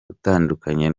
utandukanye